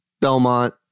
Belmont